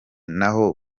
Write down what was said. naho